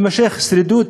תימשך שרידות,